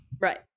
Right